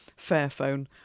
fairphone